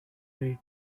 rate